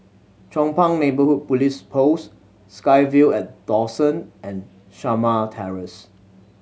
Chong Pang Neighbourhood Police Post SkyVille at Dawson and Shamah Terrace